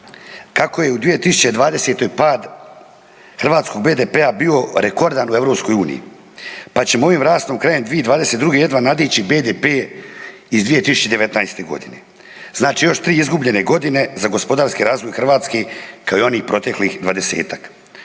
kako je u 2020. pad hrvatskog BDP-a bio rekordan u Europskoj uniji, pa ćemo ovim rastom krajem 2022. jedva nadići BDP-e iz 2019. godine. Znači još tri izgubljene godine za gospodarski razvoj Hrvatske kao i onih proteklih 20-tak.